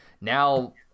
now